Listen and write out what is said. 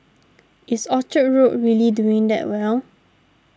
is Orchard Road really doing that well